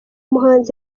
muhanzi